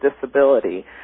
disability